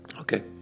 Okay